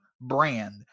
brand